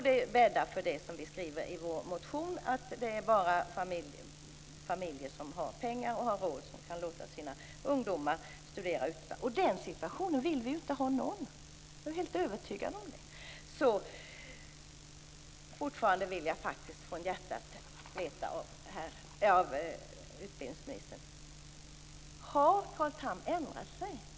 Det bäddar för det som vi skriver om i vår motion, nämligen att det bara är familjer som har råd som kan låta sina ungdomar studera utomlands. Jag är helt övertygad om att ingen vill ha den situationen. Fortfarande vill jag att utbildningsministern från hjärtat svarar på min fråga: Har Carl Tham ändrat sig?